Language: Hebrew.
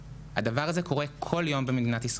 הדבר הזה קורה כל יום במדינת ישראל.